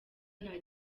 nta